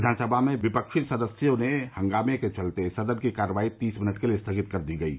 विधानसभा में विपक्षी सदस्यों के हंगामे के चलते सदन की कार्यवाही तीस मिनट के लिए स्थगित कर दी गयी